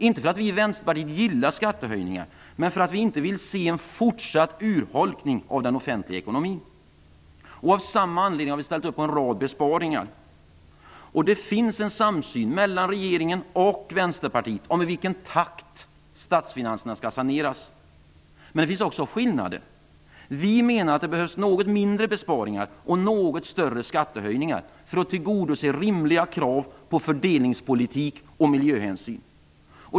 Inte för att vi i Vänsterpartiet gilla skattehöjningar, men för att vi inte vill se en fortsatt utholkning av den offentliga ekonomin. Av samma anledning har vi ställt upp på en rad besparingar. Det finns en samsyn mellan regeringen och Vänterpartiet om i vilken takt statsfinanserna skall saneras. Men det finns också skillnader. Vi menar att det behövs något mindre besparingar och något större skattehöjningar för att tillgodose rimliga krav på fördelningspolitik och miljöhänsyn.